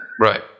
Right